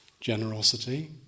generosity